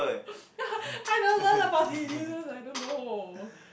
I don't learn about diseases I don't know